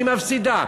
מפסידה.